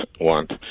want